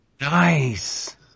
Nice